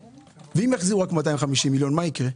ואם יחזירו רק 250 מיליון, מה יקרה?